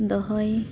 ᱫᱚᱦᱚᱭ